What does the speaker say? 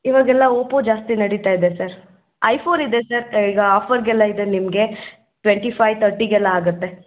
ಇವಾಗೆಲ್ಲ ಓಪೋ ಜಾಸ್ತಿ ನಡೀತ ಇದೆ ಸರ್ ಐಫೋನ್ ಇದೆ ಸರ್ ಈಗ ಆಫರಿಗೆಲ್ಲ ಇದೆ ನಿಮಗೆ ಟ್ವೆಂಟಿ ಫೈವ್ ತರ್ಟಿಗೆಲ್ಲ ಆಗುತ್ತೆ